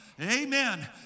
Amen